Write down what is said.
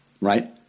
right